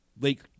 lake